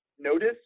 Notice